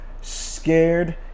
scared